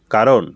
কারণ